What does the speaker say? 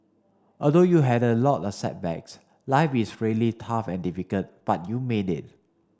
although you had a lot of setbacks life was really tough and difficult but you made it